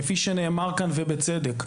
כפי שנאמר כאן ובצדק,